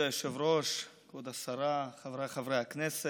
כבוד היושב-ראש, כבוד השרה, חבריי חברי הכנסת,